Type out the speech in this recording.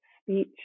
speech